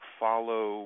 follow